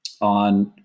on